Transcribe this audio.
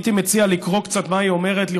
הייתי מציע לקרוא קצת מה היא אומרת,